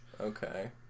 Okay